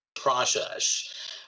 process